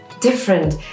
different